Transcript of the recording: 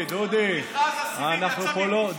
בוא, בוא אני אגיד לך.